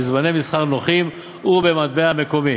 בזמני מסחר נוחים ובמטבע מקומי.